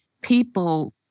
people